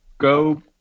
go